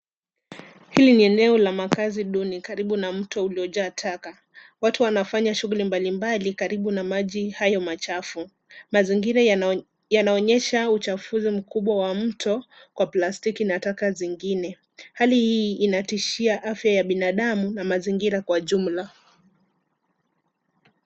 Hili ni eneo la makazi duni karibu na mto uliojaa taka. Watu wanafanya shughuli mbalimbali karibu na maji hayo machafu. Mazingira yanaonyesha uchafuzi mkubwa wa mto kwa plastiki na taka zingine. Hali hii inatishia afya ya binadamu na mazingira kwa jumla.